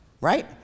right